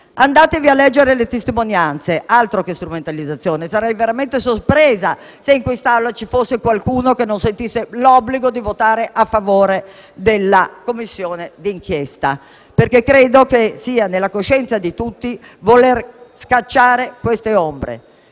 Andatevi a leggere le testimonianze. Altro che strumentalizzazione, sarei veramente sorpresa se in quest'Assemblea ci fosse qualcuno che non si senta in obbligo di votare a favore della istituzione della Commissione di inchiesta, perché credo che stia alla coscienza di tutti voler scacciare queste ombre.